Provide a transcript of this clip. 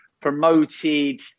promoted